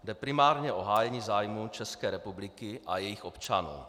Jde primárně o hájení zájmů České republiky a jejích občanů.